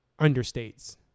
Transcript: understates